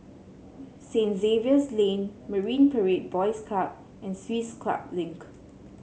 Saint Xavier's Lane Marine Parade Boys Club and Swiss Club Link